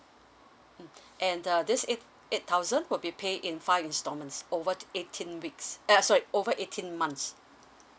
mm and the this eight eight thousand would be pay in five instalments over eighteen weeks err sorry over eighteen months